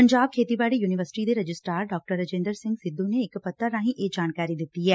ਪੰਜਾਬ ਖੇਤੀਬਾਤੀ ਯੂਨੀਵਰਸਿਟੀ ਦੇ registrar Dr Rajinder Singh Sidhu ਨੇ ਇਕ ਪੱਤਰ ਰਾਹੀਂ ਇਹ ਜਾਣਕਾਰੀ ਦਿੱਤੀ ਐ